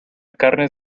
carnes